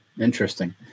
interesting